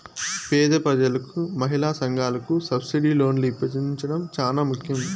పేద ప్రజలకు మహిళా సంఘాలకు సబ్సిడీ లోన్లు ఇప్పించడం చానా ముఖ్యం